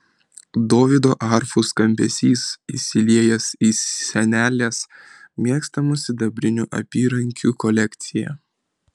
dovydo arfų skambesys įsiliejęs į senelės mėgstamų sidabrinių apyrankių kolekciją